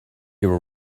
your